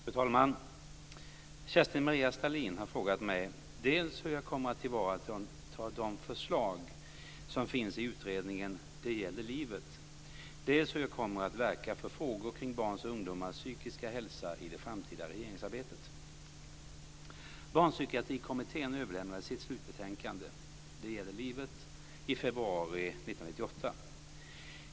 Fru talman! Kerstin-Maria Stalin har frågat mig dels hur jag kommer att tillvarata de förslag som finns i utredningen Det gäller livet, dels hur jag kommer att verka för frågor kring barns och ungdomars psykiska hälsa i det framtida regeringsarbetet. Barnpsykiatrikommittén överlämnade sitt slutbetänkande Det gäller livet i februari 1998.